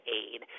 aid